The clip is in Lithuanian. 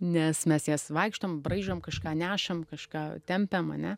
nes mes jas vaikštom braižom kažką nešam kažką tempiam ane